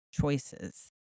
choices